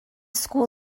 school